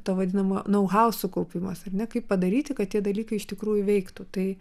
ta vadinama nau hausukaupimas ar ne kaip padaryti kad tie dalykai iš tikrųjų veiktų tai